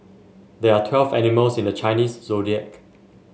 there are twelve animals in the Chinese Zodiac